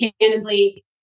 candidly